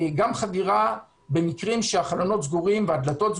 גם חדירה במקרים שהחלונות והדלתות סגורים,